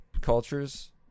cultures